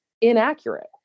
inaccurate